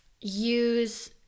use